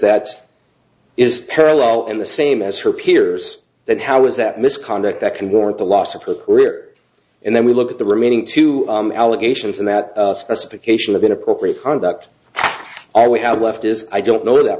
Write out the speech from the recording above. that is parallel in the same as her peers that how is that misconduct that can warrant the loss of her career and then we look at the remaining two allegations and that specification of inappropriate conduct all we have left is i don't know that